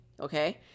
Okay